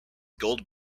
gold